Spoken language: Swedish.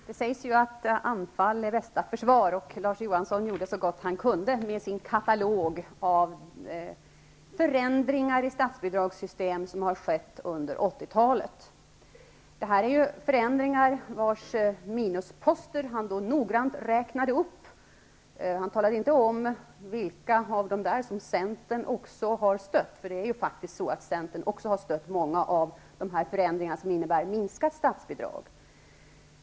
Herr talman! Det sägs att anfall är bästa försvar. Larz Johansson gjorde så gott han kunde med sin katalog av förändringar i statsbidragssystemen som har skett under 80-talet. Det här är förändringar vars minusposter han noggrant räknade upp. Han talade inte om vilka av dessa som Centern också har stött. Centern har ju faktiskt också stött många av de förändringar som innebär minskat statsbidrag.